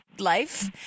life